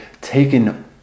taken